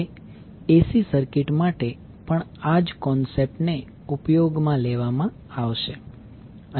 હવે AC circuit માટે પણ આ જ કોન્સેપ્ટ ને ઉપયોગમાં લેવામાં આવશે